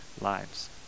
lives